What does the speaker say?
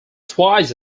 twice